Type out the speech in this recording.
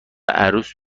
عروس